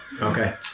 Okay